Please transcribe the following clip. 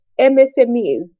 MSMEs